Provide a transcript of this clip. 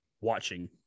watching